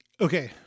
Okay